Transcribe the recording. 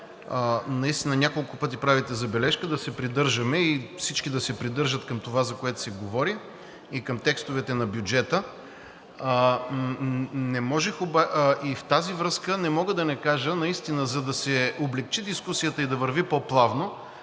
Наистина няколко пъти правите забележка да се придържаме и всички да се придържат към това, за което се говори, и към текстовете на бюджета. В тази връзка не мога да не кажа, за да се облекчи дискусията и да върви по-плавно,